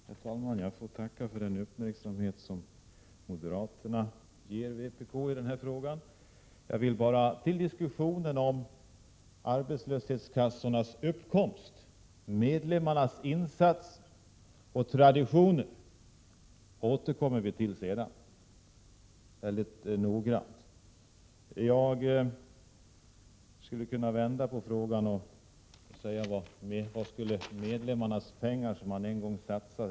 Herr talman! Jag får tacka för den uppmärksamhet som moderaterna ger vpk i den här frågan. Jag vill bara ta upp diskussionen om arbetslöshetskassornas uppkomst — frågor om medlemmarnas insatser och traditioner återkommer vi till senare, och det mycket noggrant. Jag skulle kunna vända på frågan och i stället fråga vem som skulle ta hand om de pengar som medlemmarna har satsat.